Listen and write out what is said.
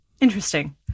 Interesting